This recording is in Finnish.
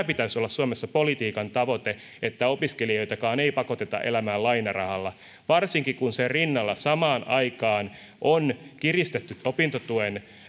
pitäisi olla suomessa politiikan tavoite että opiskelijoitakaan ei pakoteta elämään lainarahalla varsinkin kun sen rinnalla samaan aikaan on kiristetty opintotuen